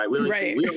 right